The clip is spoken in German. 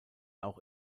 auch